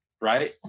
right